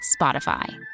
Spotify